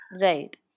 Right